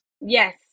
yes